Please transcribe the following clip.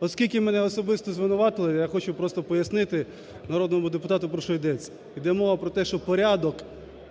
Оскільки мене особисто звинуватили,я хочу просто пояснити народному депутату, про що йдеться. Йде мова про те, що порядок